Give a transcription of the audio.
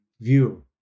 view